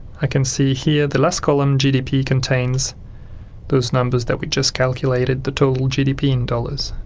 i can see here the last column gdp contains those numbers that we just calculated the total gdp in dollars.